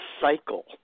cycle